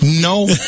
No